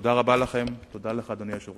תודה רבה לכם, תודה לך, אדוני היושב-ראש.